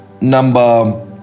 number